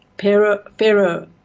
Pharaoh